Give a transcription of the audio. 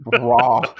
raw